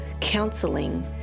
counseling